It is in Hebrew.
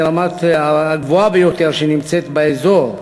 הרמה הגבוהה ביותר שנמצאת באזור,